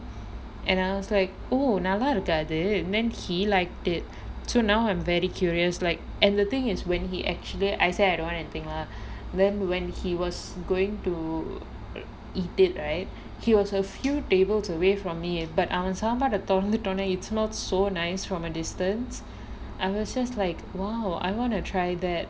and I was like oh நல்லாருக்கா அது:nallaarukaa athu then he liked it so now I'm very curious like and the thing is when he actually I say I don't want anything lah then when he was going to eat it right he was a few tables away from me but அவன் சாப்பாட்ட துறந்துடோன்னா:avan saapaatta thuranthutonaa it's so nice from a distance I was just like !wow! I want to try that